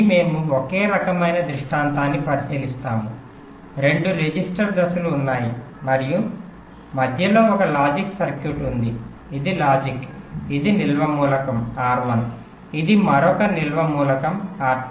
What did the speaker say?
మళ్ళీ మనము ఒకే రకమైన దృష్టాంతాన్ని పరిశీలిస్తాము రెండు రిజిస్టర్ దశలు ఉన్నాయి మరియు మధ్యలో ఒక లాజిక్ సర్క్యూట్ ఉంది ఇది లాజిక్ ఇది నిల్వ మూలకం R1 ఇది మరొక నిల్వ మూలకం R2